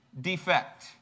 defect